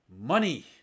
money